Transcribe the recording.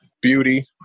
beauty